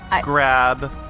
grab